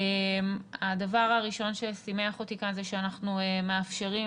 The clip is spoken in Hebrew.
הדבר הראשון ששימח אותי כאן זה שאנחנו מאפשרים